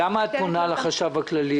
למה את פונה לחשב הכללי?